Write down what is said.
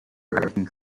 writing